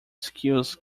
skills